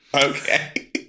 okay